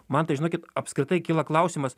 man tai žinokit apskritai kyla klausimas